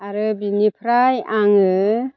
आरो बिनिफ्राय आङो